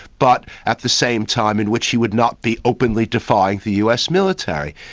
but at the same time in which he would not be openly defying the us military.